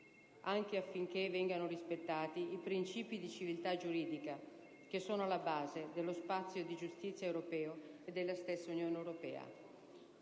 anche affinché vengano rispettati i principi di civiltà giuridica che sono alla base dello spazio di giustizia europeo e della stessa Unione europea.